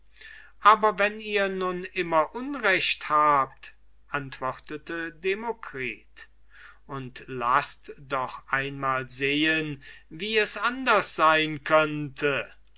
aber wenn ihr nun immer unrecht habt antwortete demokritus und laßt doch einmal sehen wie es anders sein könnte